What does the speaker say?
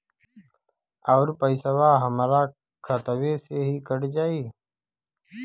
अउर पइसवा हमरा खतवे से ही कट जाई?